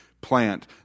plant